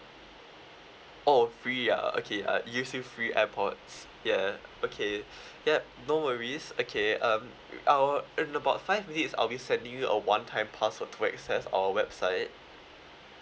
oh free ah okay uh gives you free airpods ya okay yup no worries okay um our in about five minutes I'll be sending you a one time password to access our website